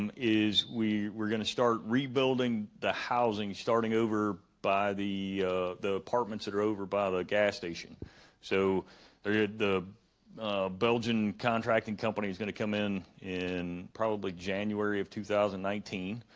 and is we were going to start rebuilding the housing starting over by the the apartments that are over by the gas station so the yeah the belgian contracting company is going to come in in probably january of two thousand and nineteen